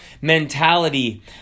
mentality